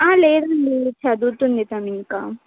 ఆ లేదండి చదువుతుంది తను ఇంకా